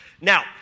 Now